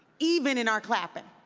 even in our clapping.